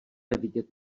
vidět